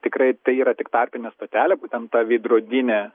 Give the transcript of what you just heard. tikrai tai yra tik tarpinė stotelė būtent ta veidrodinė